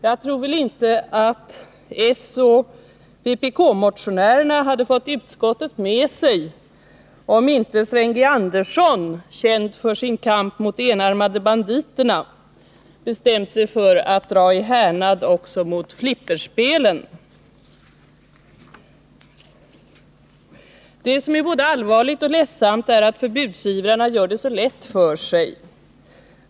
Jag tror väl inte att soch vpk-motionärerna hade fått utskottet med sig om inte Sven G. Andersson, känd från sin kamp mot de enarmade banditerna, bestämt sig för att dra i härnad också mot flipperspelen. Det som är både allvarligt och ledsamt är att förbudsivrarna gör det så lätt för sig.